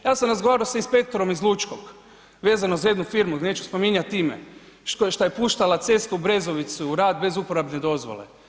Ja sam razgovarao sa inspektorom iz Lučkog vezano za jednu firmu, neću spominjat ime, šta je puštala cestu Brezovicu u rad bez uporabne dozvole.